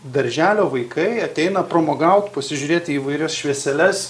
darželio vaikai ateina pramogaut pasižiūrėt į įvairias švieseles